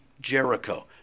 Jericho